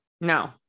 No